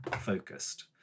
focused